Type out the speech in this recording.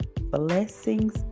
blessings